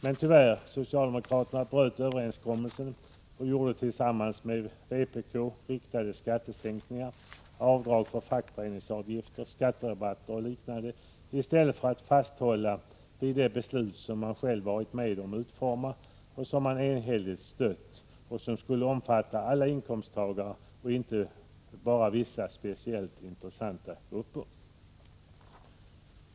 Men tyvärr bröt socialdemokraterna överenskommelsen och införde tillsammans med vpk riktade skattesänkningar — avdrag för fackföreningsavgifter, skatterabatiter och liknande — i stället för att hålla fast vid det beslut som man själv varit 'med om att utforma och som alla tre partier enhälligt hade stött. Skatteöve ;renskommelsen skulle ha omfattat alla inkomsttagare och inte bara vissa speciellt intressanta grupper.